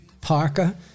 parka